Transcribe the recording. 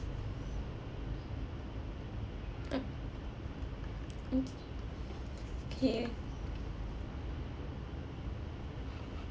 uh mm okay